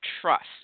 trust